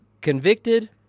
convicted